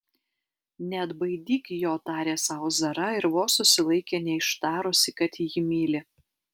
neatbaidyk jo tarė sau zara ir vos susilaikė neištarusi kad jį myli